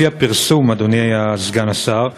לפי הפרסום, אדוני סגן השר,